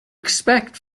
expect